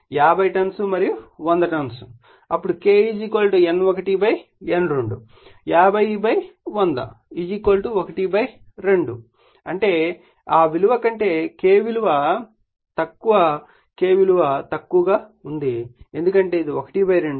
అప్పుడు K N1 N2 50100 12 అంటే ఆ విలువ కంటే K విలువ తక్కువ K విలువ తక్కువగా ఉంది ఎందుకంటే ఇది 12